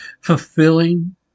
fulfilling